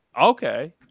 Okay